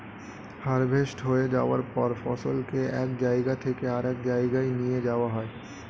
harvest হয়ে যাওয়ার পর ফসলকে এক জায়গা থেকে আরেক জায়গায় নিয়ে যাওয়া হয়